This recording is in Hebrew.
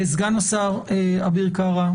סגן השר אביר קארה,